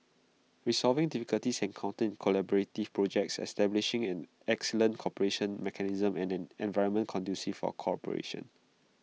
resolving difficulties encountered collaborative projects establishing an excellent cooperation mechanism and an environment conducive for cooperation